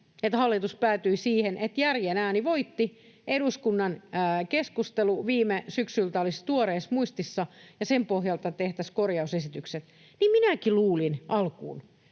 hallitus päätyi siihen, että järjen ääni voitti, eduskunnan keskustelu viime syksyltä olisi tuoreessa muistissa ja sen pohjalta tehtäisiin korjausesitykset. Niin minäkin luulin, alkuun